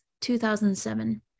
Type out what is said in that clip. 2007